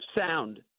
sound